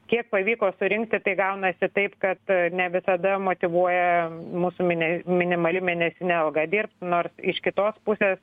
kiek pavyko surinkti tai gaunasi taip kad ne visada motyvuoja mūsų mini minimali mėnesinė alga dirbt nors iš kitos pusės